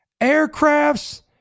aircrafts